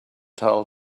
tell